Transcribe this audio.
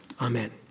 Amen